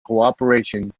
cooperation